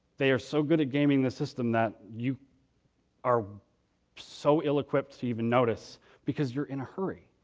they are so good at gaming the system that you are so ill-equipped to even notice because you're in a hurry.